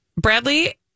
Bradley